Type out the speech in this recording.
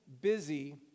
busy